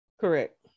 Correct